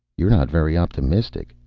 you're not very optimistic,